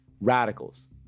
Radicals